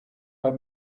pas